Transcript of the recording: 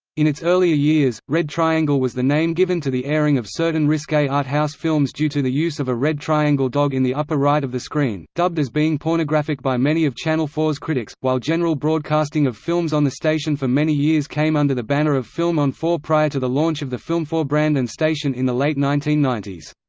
in its earlier years, red triangle was the name given to the airing of certain risque art-house films due to the use of a red triangle dog in the upper right of the screen, dubbed as being pornographic by many of channel four s critics, while general broadcasting of films on the station for many years came under the banner of film on four prior to the launch of the filmfour brand and station in the late nineteen ninety